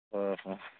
ଅଃ